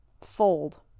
Fold